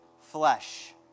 flesh